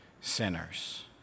sinners